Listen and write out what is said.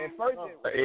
first